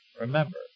Remember